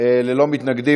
ללא מתנגדים.